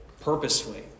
purposefully